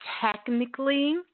technically